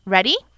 Ready